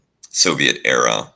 Soviet-era